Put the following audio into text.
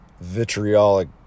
vitriolic